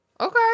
Okay